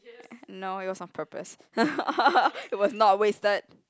no it was on purpose it was not wasted